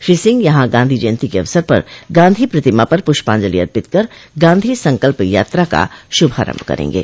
श्री सिंह यहां गांधी जयन्ती के अवसर पर गांधी प्रतिमा पर पुष्पाजंलि अर्पित कर गांधी संकल्प यात्रा का शुभारम्भ करेंगे